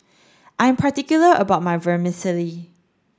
I'm particular about my Vermicelli